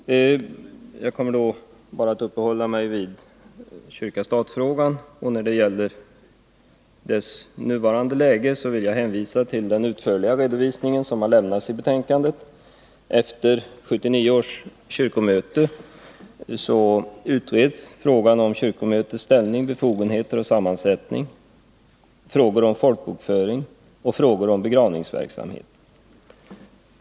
Jag kommer här att bara uppehålla mig vid kyrka-stat-frågan, och när det gäller dess nuvarande läge vill jag hänvisa till den utförliga redovisning som har lämnats i betänkandet. Efter 1979 års kyrkomöte utreds frågor om kyrkomötets ställning, befogenheter och sammansättning, om folkbokföringen och om begravningsverksamheten.